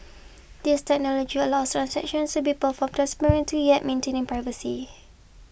this technology allows transactions to be performed transparently yet maintaining privacy